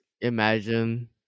imagine